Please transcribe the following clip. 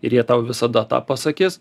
ir jie tau visada tą pasakys